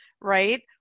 right